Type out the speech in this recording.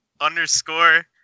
underscore